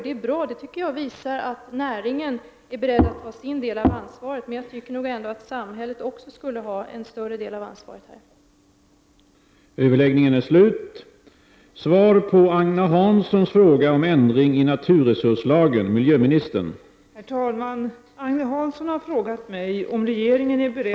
Det är bra och det tycker jag visar att näringen är beredd att ta sin del av ansvaret, men jag anser nog ändå att samhället skulle ta en större del av ansvaret i denna fråga.